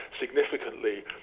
significantly